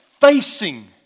facing